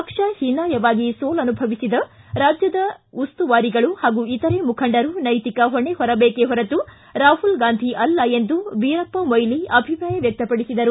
ಪಕ್ಷ ಹೀನಾಯವಾಗಿ ಸೋಲನುಭವಿಸಿದ ರಾಜ್ಯಗಳ ಉಸ್ತುವಾರಿಗಳು ಹಾಗೂ ಇತರೆ ಮುಖಂಡರು ನೈತಿಕ ಹೊಣೆ ಹೋರಬೇಕೇ ಹೊರತು ರಾಹುಲ್ ಗಾಂಧಿಅಲ್ಲ ಎಂದು ವೀರಪ್ಪ ಮೋಯ್ಲಿ ಅಭಿಪ್ರಾಯ ವ್ಯಕ್ತಪಡಿಸಿದರು